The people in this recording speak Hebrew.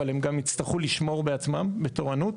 אבל הם גם יצטרכו לשמור בעצמם בתורנות.